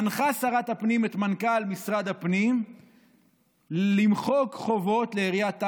מנחה שרת הפנים את מנכ"ל משרד הפנים למחוק חובות לעיריית טייבה.